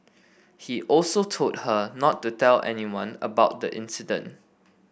he also told her not to tell anyone about the incident